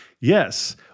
Yes